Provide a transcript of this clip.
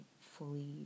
fully